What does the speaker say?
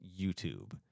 youtube